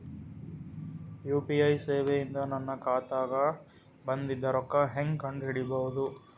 UPI ಸೇವೆ ಇಂದ ನನ್ನ ಖಾತಾಗ ಬಂದಿದ್ದ ರೊಕ್ಕ ಹೆಂಗ್ ಕಂಡ ಹಿಡಿಸಬಹುದು?